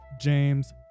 James